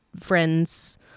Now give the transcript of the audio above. friends